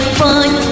fine